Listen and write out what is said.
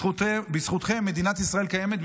בזכותכם מדינת ישראל קיימת.